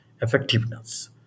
effectiveness